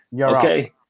okay